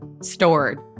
stored